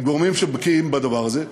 עם גורמים שבקיאים בדבר הזה,